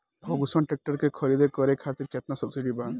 Ferguson tractor के खरीद करे खातिर केतना सब्सिडी बा?